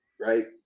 right